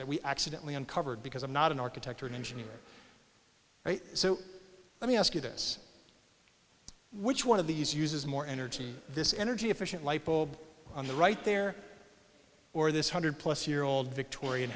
that we accidently uncovered because i'm not an architect or an engineer so let me ask you this which one of these uses more energy this energy efficient light bulb on the right there or this hundred plus year old victorian